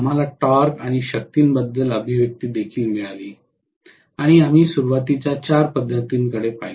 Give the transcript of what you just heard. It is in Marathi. आम्हाला टॉर्क आणि शक्तीबद्दलची अभिव्यक्ती देखील मिळाली आणि आम्ही सुरुवातीच्या 4 पद्धतींकडे पाहिले